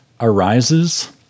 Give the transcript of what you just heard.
arises